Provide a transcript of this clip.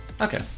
Okay